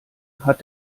hat